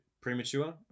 premature